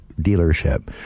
dealership